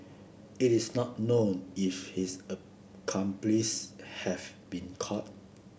it is not known if his accomplice have been caught